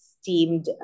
steamed